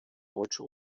deutsche